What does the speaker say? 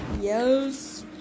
Yes